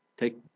take